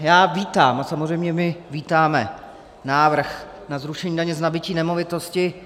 Já vítám, a samozřejmě my vítáme, návrh na zrušení daně z nabytí nemovitosti.